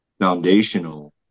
foundational